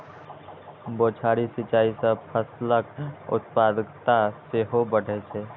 बौछारी सिंचाइ सं फसलक उत्पादकता सेहो बढ़ै छै